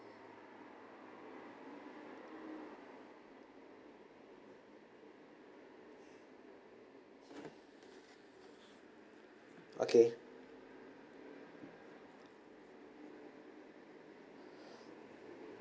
okay